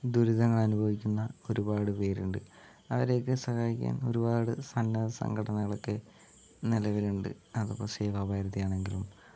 ദുരിതങ്ങൾ അനുഭവിക്കുന്ന ഒരുപാട് പേരുണ്ട് അവരെയൊക്കെ സഹായിക്കാൻ ഒരുപാട് സന്നദ്ധസംഘടനകളൊക്കെ നിലവിലുണ്ട് അതിപ്പോൾ സേവാഭാരതി ആണെങ്കിലും